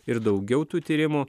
ir daugiau tų tyrimų